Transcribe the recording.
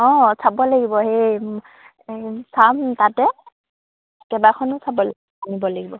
অঁ চাব লাগিব এই চাম তাতে কেইবাখনো চাব আনিব লাগিব